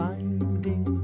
Finding